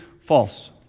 false